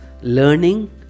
learning